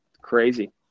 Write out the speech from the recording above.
crazy